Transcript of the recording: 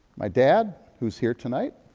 my dad, who's here tonight,